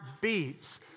beats